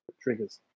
triggers